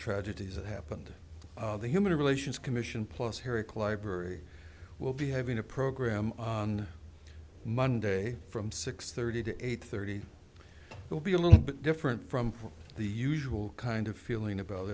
tragedies that happened the human relations commission plus herrick library will be having a program on monday from six thirty to eight thirty will be a little bit different from the usual kind of feeling about